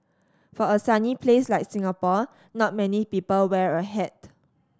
for a sunny place like Singapore not many people wear a hat